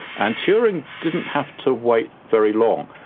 and turing didn't have to wait very long.